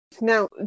Now